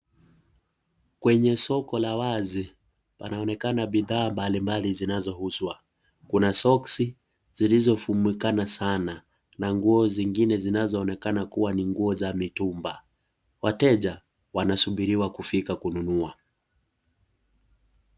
Kwenye soko la wazi panaonekana bidhaa mbalimbali zinazo uzwa kuna soksi zilizo fumikana sana na nguo zingine zinaazo onekana kuwa ni nguo za mitumba wateja wanasubiriwa kufika kununua.